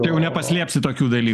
jau nepaslėpsi tokių dalykų